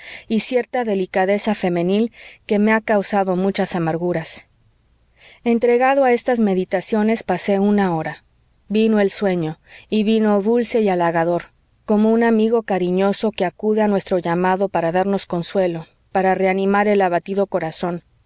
y cierta delicadeza femenil que me ha causado muchas amarguras entregado a estas meditaciones pasé una hora vino el sueño y vino dulce y halagador como un amigo cariñoso que acude a nuestro llamado para darnos consuelo para reanimar el abatido corazón